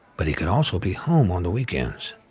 but he could also be home on the weekends. yeah,